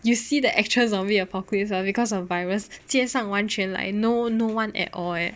you see the actual zombie apocalypse lah because of virus 街上完全 like no no one at all eh